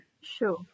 Sure